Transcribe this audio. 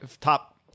top